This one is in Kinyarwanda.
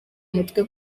mutwe